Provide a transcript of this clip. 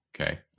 Okay